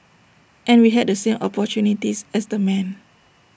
and we had the same opportunities as the men